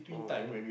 oh damn